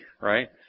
right